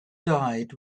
died